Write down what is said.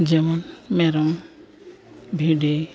ᱡᱮᱢᱚᱱ ᱢᱮᱨᱚᱢ ᱵᱷᱤᱰᱤ